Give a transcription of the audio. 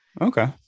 Okay